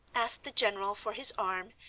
asked the general for his arm,